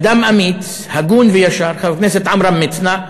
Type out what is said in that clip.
אדם אמיץ, הגון וישר, חבר הכנסת עמרם מצנע,